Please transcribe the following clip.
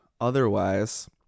Otherwise